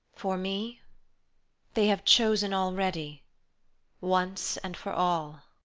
for me they have chosen already once and for all.